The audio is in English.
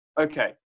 okay